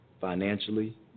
financially